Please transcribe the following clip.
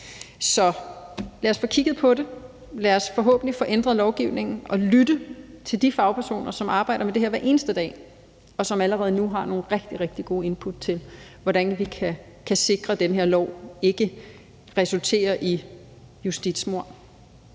Så lad os få kigget på det. Lad os forhåbentlig få ændret lovgivningen og lytte til de fagpersoner, som arbejder med det her hver eneste dag, og som allerede nu har nogle rigtig, rigtig gode input til, hvordan vi kan sikre, at den her lov ikke resulterer i justitsmord.